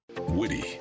Witty